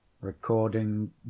recording